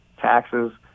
taxes